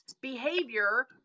behavior